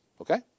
Okay